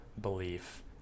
belief